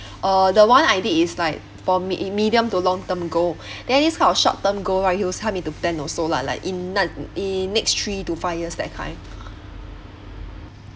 uh the one I did is like for me~ medium to long term goal then this kind of short term goal right he also help me to plan also lah like in in next three to five years that kind